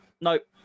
nope